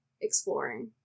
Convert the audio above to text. exploring